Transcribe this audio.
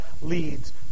leads